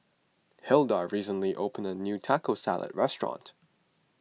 Hilda recently opened a new Taco Salad restaurant